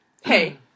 Hey